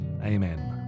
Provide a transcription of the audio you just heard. Amen